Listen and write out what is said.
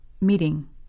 Meeting